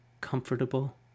comfortable